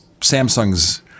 samsung's